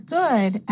good